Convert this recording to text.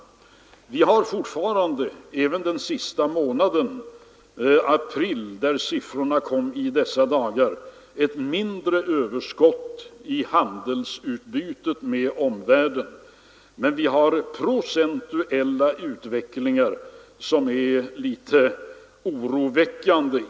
I april — som är den senast redovisade månaden och för vilken siffrorna kommit just i dessa dagar — hade vi ännu ett mindre överskott i handelsutbytet med omvärlden, men vi har en procentuell utveckling som är litet oroväckande.